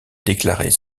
déclarer